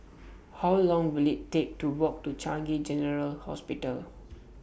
How Long Will IT Take to Walk to Changi General Hospital